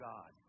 God